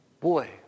Boy